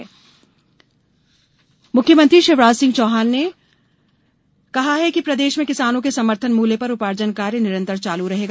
उपार्जन मुख्यमंत्री शिवराज सिंह चौहान ने कहा कि प्रदेश में किसानों से समर्थन मूल्य पर उपार्जन कार्य निरंतर चालू रहेगा